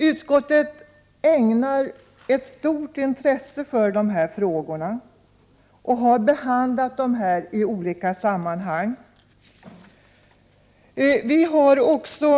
Utskottet ägnar ett stort intresse åt dessa frågor och har i olika sammanhang behandlat dem.